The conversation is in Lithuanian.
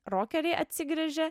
rokeriai atsigręžė